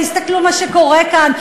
תסתכלו מה שקורה כאן,